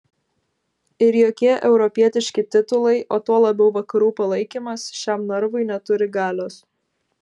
ir jokie europietiški titulai o tuo labiau vakarų palaikymas šiam narvui neturi galios